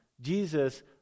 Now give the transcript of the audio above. Jesus